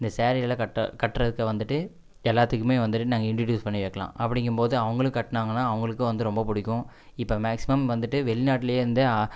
இந்த ஸேரிகளை கட்ட கட்டுறதுக்கு வந்துட்டு எல்லாத்துக்குமே வந்துட்டு நாங்கள் இண்டுடியூஸ் பண்ணி வைக்கலாம் அப்படிங்கும் போது அவங்களும் கட்டுனாங்கன்னா அவங்களுக்கும் வந்து ரொம்ப பிடிக்கும் இப்போ மேக்ஸிமம் வந்துகிட்டு வெளிநாட்லேயே வந்து